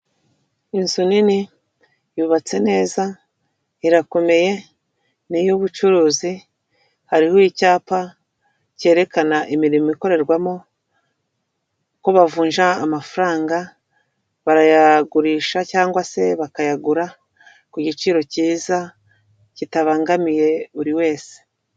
Inzu nini yubatse neza irakomeye n'iy'ubucuruzi, hariho icyapa cyerekana imirimo ikorerwamo ko bavunja amafaranga, barayagurisha cyangwa se bakayagura ku giciro cyiza kitabangamiye buri wese.